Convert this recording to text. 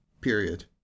period